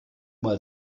mal